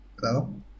hello